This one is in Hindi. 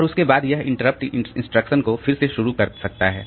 और उसके बाद ही यह इंटरप्टेड इंस्ट्रक्शन को फिर से शुरू कर सकता है